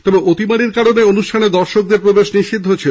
তবে অতিমারির কারণে অনুষ্ঠানে দর্শকদের প্রবেশ নিষিদ্ধ ছিল